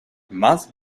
más